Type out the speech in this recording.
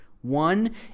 One